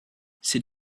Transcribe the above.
sit